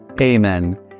amen